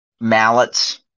mallets